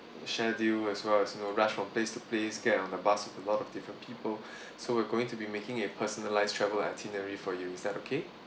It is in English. schedule as well as you know rush from place to place get on the bus with a lot of different people so we're going to be making a personalised travel itinerary for you is that okay